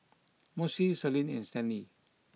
Mossie Selene and Stanley